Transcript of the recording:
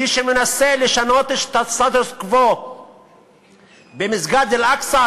מי שמנסה לשנות את הסטטוס-קוו במסגד אל-אקצא,